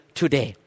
today